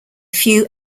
few